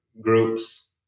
groups